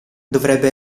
dovrebbe